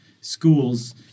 schools